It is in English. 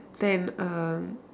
then um